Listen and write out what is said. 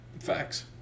Facts